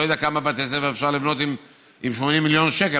אני לא יודע כמה בתי ספר אפשר לבנות עם 80 מיליון שקל,